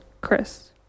Chris